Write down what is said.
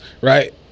right